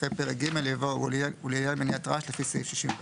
אחרי "פרק ג'" יבוא "ולעניין מניעת רעש לפי סעיף 64";